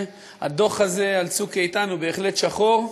הדוח הזה על "צוק איתן" הוא בהחלט שחור,